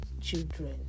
children